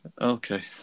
Okay